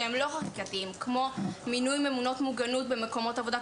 שהם לא חקיקתיים כמו מינוי ממונות מוגנות במקומות עבודה,